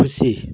खुसी